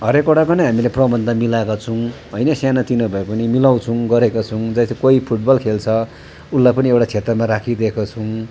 हरेकवटाको नै हामीले प्रबन्ध मिलाएका छौँ होइन सानोतिनो भए पनि मिलाउँछौँ गरेका छौँ जस्तो कोही फुटबल खेल्छ उसलाई पनि एउटा क्षेत्रमा राखिदिएका छौँ